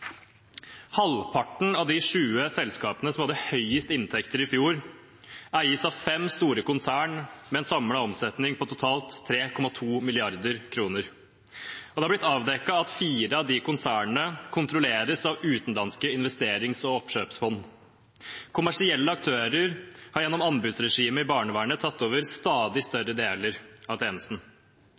Halvparten av de 20 selskapene som hadde høyest inntekter i fjor, eies av fem store konserner med en samlet omsetning på totalt 3,2 mrd. kr. Det er blitt avdekket at fire av de konsernene kontrolleres av utenlandske investerings- og oppkjøpsfond. Kommersielle aktører har gjennom anbudsregimet i barnevernet tatt over stadig større deler av tjenesten.